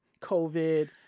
COVID